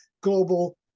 global